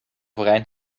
overeind